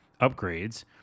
upgrades